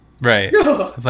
Right